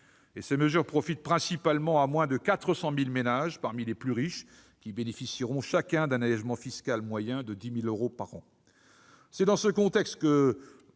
Et ces mesures profitent principalement à moins de 400 000 ménages parmi les plus riches, qui bénéficieront chacun d'un allégement fiscal moyen de 10 000 euros par an. C'est dans ce contexte que,